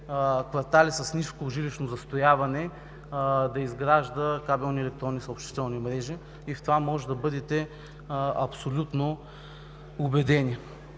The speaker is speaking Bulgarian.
квартали с ниско жилищно застрояване кабелни електронни съобщителни мрежи и в това може да бъдете абсолютно убедени.